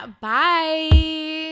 bye